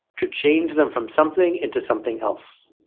to change them from something into something else.